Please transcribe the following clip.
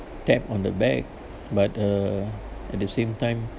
tap on the back but uh at the same time